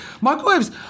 Microwaves